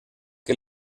que